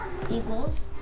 Eagles